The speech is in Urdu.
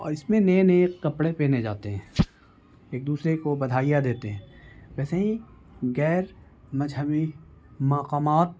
اور اس میں نئے نئے کپڑے پہنے جاتے ہیں ایک دوسرے کو بدھائیاں دیتے ہیں ویسے ہی غیر مذہبی مقامات